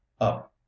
up